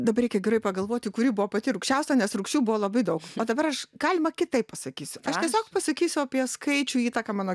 dabar reikia gerai pagalvoti kuri buvo pati rūgščiausia nes rūgščių buvo labai daug o dabar aš galima kitaip pasakysiu aš tiesiog pasakysiu apie skaičių įtaką mano